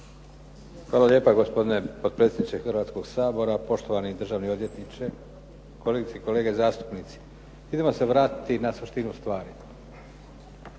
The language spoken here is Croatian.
Hvala lijepo gospodine potpredsjedniče Hrvatskog sabora. Poštovani državni odvjetniče, kolegice i kolege zastupnici. Idemo se vratiti na suštinu stvari.